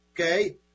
okay